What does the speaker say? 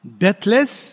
deathless